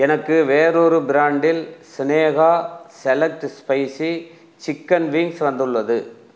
எனக்கு வேறொரு பிராண்டில் Sneha select spicy chicken wings வந்துள்ளது